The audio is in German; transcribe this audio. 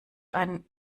ein